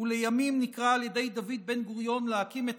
ולימים נקרא על ידי דוד בן-גוריון להקים את